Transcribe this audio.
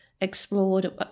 explored